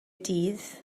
dydd